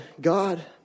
God